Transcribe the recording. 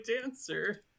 dancer